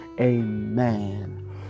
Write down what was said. amen